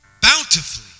bountifully